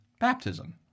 baptism